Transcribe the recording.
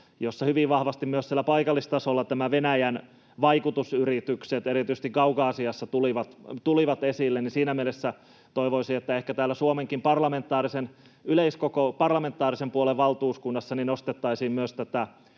jossa hyvin vahvasti myös siellä paikallistasolla Venäjän vaikutusyritykset, erityisesti Kaukasiassa, tulivat esille. Siinä mielessä toivoisin, että ehkä täällä parlamentaarisen yleiskokouksen Suomenkin valtuuskunnassa nostettaisiin myös tätä